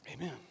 Amen